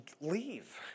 leave